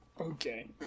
Okay